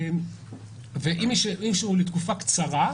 אם בא מישהו לתקופה קצרה,